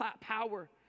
power